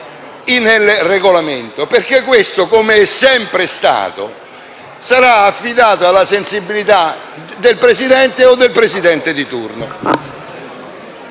nel Regolamento, perché questo, come è sempre stato, sarà affidato alla sensibilità del Presidente o del Vice Presidente di turno.